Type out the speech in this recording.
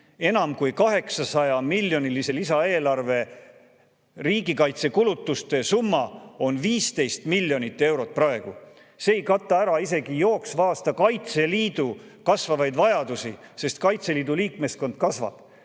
Enam kui 800‑miljonilise lisaeelarve riigikaitsekulutuste summa on 15 miljonit eurot! See ei kata ära isegi jooksva aasta Kaitseliidu kasvavaid vajadusi, sest Kaitseliidu liikmeskond suureneb.